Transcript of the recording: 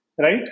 right